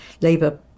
Labour